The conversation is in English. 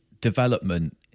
development